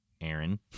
Aaron